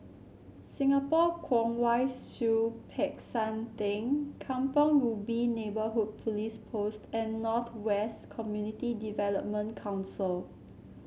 Singapore Kwong Wai Siew Peck San Theng Kampong Ubi Neighbourhood Police Post and North West Community Development Council